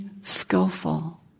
skillful